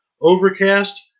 Overcast